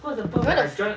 where the